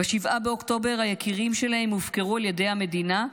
ב-7 באוקטובר היקירים שלהם הופקרו על ידי המדינה,